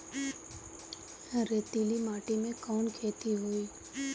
रेतीली माटी में कवन खेती होई?